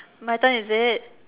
my turn is it